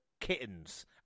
kittens